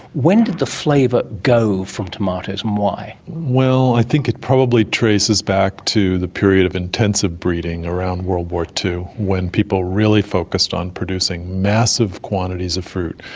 when did the flavour go from tomatoes and why? well, i think it probably traces back to the period of intensive breeding around world war ii when people really focused on producing massive quantities of fruit.